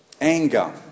Anger